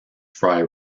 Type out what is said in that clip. fry